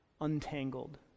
untangled